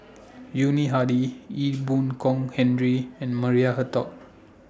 Yuni Hadi Ee Boon Kong Henry and Maria Hertogh